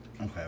Okay